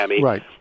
right